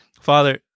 Father